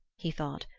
he thought,